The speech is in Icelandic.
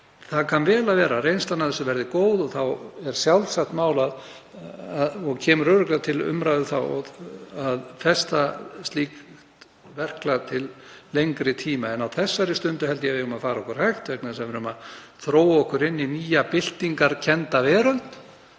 Það kann vel að vera að reynslan af þessu verði góð og þá er sjálfsagt mál og kemur örugglega til umræðu að festa slíkt verklag til lengri tíma. En á þessari stundu held ég að við eigum að fara okkur hægt vegna þess að við erum að þróa okkur inn í nýja byltingarkennda veröld